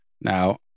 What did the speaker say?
Now